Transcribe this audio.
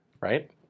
right